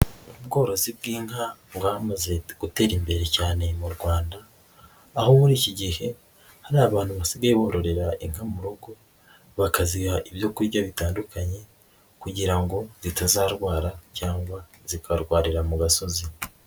Ubworozi bw'inka bwamaze gutera imbere cyane mu Rwanda, aho muri iki gihe hari abantu basigaye bororera inka mu rugo, bakaziha ibyo kurya bitandukanye kugira ngo zitazarwara cyangwa zikarwarira mu gasozi.